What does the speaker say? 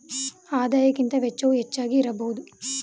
ಆದಾಯಕ್ಕಿಂತ ವೆಚ್ಚವು ಹೆಚ್ಚಾಗಿ ಇರಬಾರದು